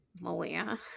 Malia